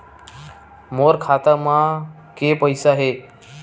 मोर खाता म के पईसा हे?